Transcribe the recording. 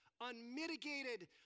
unmitigated